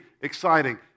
exciting